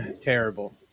terrible